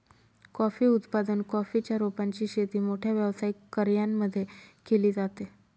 coffee उत्पादन, coffee च्या रोपांची शेती मोठ्या व्यावसायिक कर्यांमध्ये केली जाते